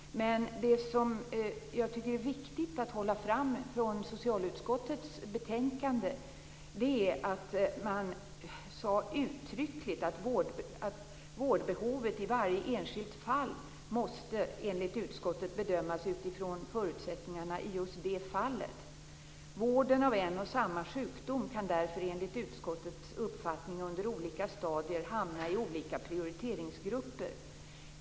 Jag tycker att det är viktigt att framhålla att socialutskottet i sitt betänkande uttryckligt sade att vårdbehovet i varje enskilt fall måste bedömas utifrån förutsättningarna i just det fallet. Vården av en och samma sjukdom kan därför enligt utskottets uppfattning under olika stadier hamna i olika prioriteringsgrupper.